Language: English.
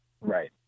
Right